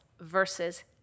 versus